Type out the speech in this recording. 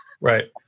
Right